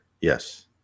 Yes